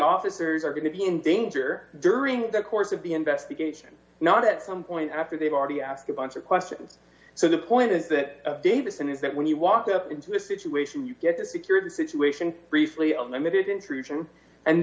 officers are going to be in danger during the course of the investigation not at some point after they've already asked a bunch of questions so the point is that davison is that when you walk up into a situation you get the security situation briefly of limited intrusion and